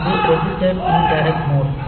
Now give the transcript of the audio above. இது registered indirect mode